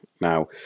Now